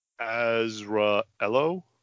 Azraello